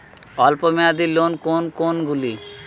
অল্প মেয়াদি লোন কোন কোনগুলি?